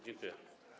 Dziękuję.